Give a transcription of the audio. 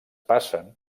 passen